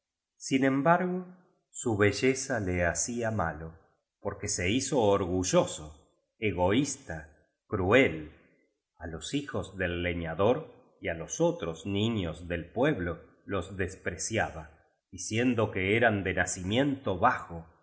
sin embargo su belleza le hacía malo porque se hizo or gulloso egoísta cruel a los hijos del leñador y á los otros niños del pueblo los despreciaba diciendo que eran de naci miento bajo